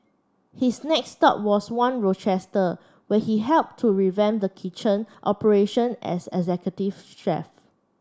his next stop was One Rochester where he helped to revamp the kitchen operations as executive chef